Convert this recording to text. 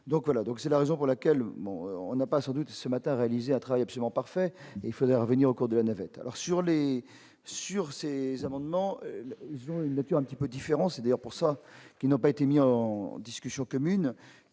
donc voilà, donc c'est la raison pour laquelle bon, on n'a pas, sans doute, ce matin, réalisé un travail absolument parfait, il faudrait revenir au cours de la navette alors sur les sur ces amendements depuis un petit peu différent, c'est d'ailleurs pour ça qu'ils n'ont pas été mis en discussion commune